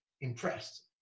impressed